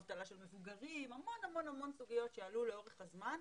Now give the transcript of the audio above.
אבטלה של מבוגרים - המון סוגיות שעלו לאורך הזמן.